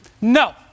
No